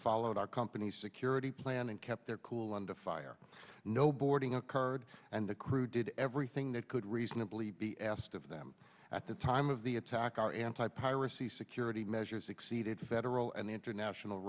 followed our company's security plan and kept their cool under fire no boarding occurred and the crew did everything that could reasonably be asked of them at the time of the attack our anti piracy security measures exceeded federal and international